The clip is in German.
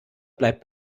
bleibt